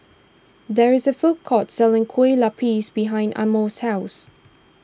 there is a food court selling Kue Lupis behind Amos' house